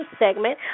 segment